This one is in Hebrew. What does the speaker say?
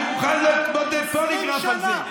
20 שנה סחטו אותו?